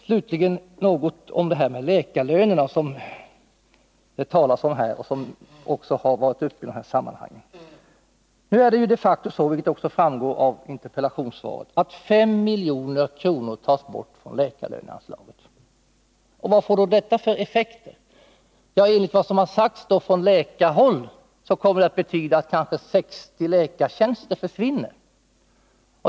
Slutligen något om detta med läkarlönerna, som det talas om här och som tidigare varit uppe i dessa sammanhang. Nu är det de facto så, vilket också framgår av interpellationssvaret, att 5 milj.kr. tas bort från läkarlöneanslaget. Vad får då detta för effekter? Enligt vad som sagts från läkarhåll kommer det kanske att betyda att 60 läkartjänster försvinner.